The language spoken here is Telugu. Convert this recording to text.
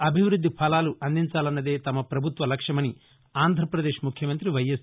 అభివృద్ది ఫలాలు అందించాలన్నదే తమ ప్రభుత్వ లక్ష్యమని ఆంధ్రపదేశ్ ముఖ్యమంత్రి వైఎస్